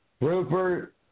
Rupert